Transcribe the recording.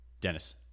Dennis